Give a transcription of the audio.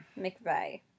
McVeigh